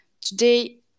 today